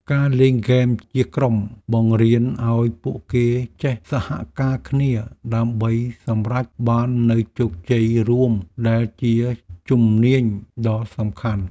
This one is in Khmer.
ការលេងហ្គេមជាក្រុមបង្រៀនឱ្យពួកគេចេះសហការគ្នាដើម្បីសម្រេចបាននូវជោគជ័យរួមដែលជាជំនាញដ៏សំខាន់។